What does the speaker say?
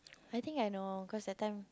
I think I know cause that time